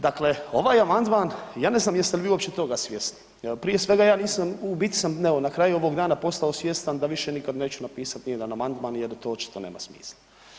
Dakle, ovaj amandman, ja ne znam jeste li vi uopće toga svjesni jel prije svega ja nisam, u biti sam evo na kraju ovog dana postao svjestan da više nikad neću napisat nijedan amandman jer to očito nema smisla.